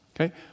okay